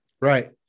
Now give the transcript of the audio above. Right